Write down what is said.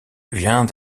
vient